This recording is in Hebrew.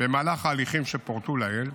במהלך ההליכים שפורטו לעיל,